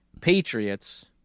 Patriots